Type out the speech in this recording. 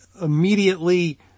immediately